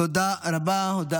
תודה רבה.